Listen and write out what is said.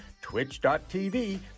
twitch.tv